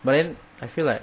but then I feel like